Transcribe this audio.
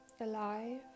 alive